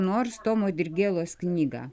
nors tomo dirgėlos knygą